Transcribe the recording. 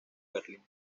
berlín